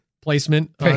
placement